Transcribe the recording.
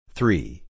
Three